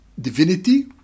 divinity